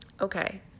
Okay